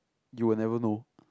you will never know